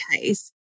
case